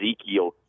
Ezekiel